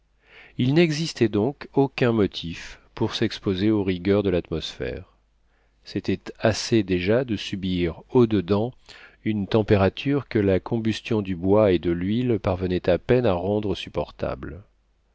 il n'existait donc aucun motif pour s'exposer aux rigueurs de l'atmosphère c'était assez déjà de subir au-dedans une température que la combustion du bois et de l'huile parvenait à peine à rendre supportable